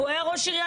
והוא היה ראש עירייה,